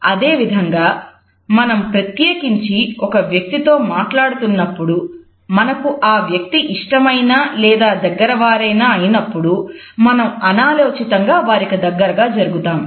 అదేవిధంగా మనం ప్రత్యేకించి ఒక వ్యక్తి తో మాట్లాడుతున్నప్పుడు మనకు ఆ వ్యక్తి ఇష్టమైన లేదా దగ్గర వారైనా అయినప్పుడు మనం అనాలోచితంగా వారికి దగ్గరగా జరుగుతాం